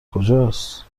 کجاست